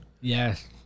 yes